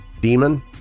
Demon